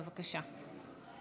בבקשה.